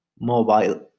mobile